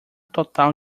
total